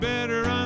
better